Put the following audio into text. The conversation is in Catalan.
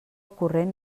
corrent